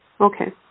Okay